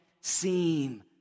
seem